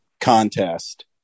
contest